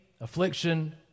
affliction